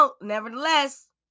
Nevertheless